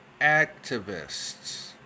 activists